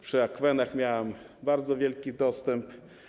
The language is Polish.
Przy akwenach miałem bardzo wielki dostęp.